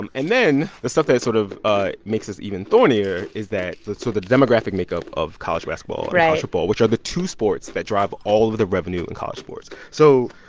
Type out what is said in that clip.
um and then the stuff that sort of ah makes this even thornier is that that so the demographic makeup of college basketball or. right. college football, which are the two sports that drive all of the revenue in college sports. so.